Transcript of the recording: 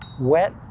wet